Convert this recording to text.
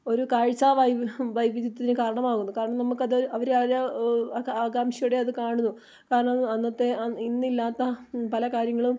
ഒരു കാഴ്ച്ച വൈവിധ്യത്തിന് കാരണമാകുന്നു കാരണം നമുക്കത് അവരത് ആരെയോ ഒക്കെ ആകാംക്ഷയോടെ അത് കാണുന്നു കാരണം അന്നത്തെ ഇന്നില്ലാത്ത പല കാര്യങ്ങളും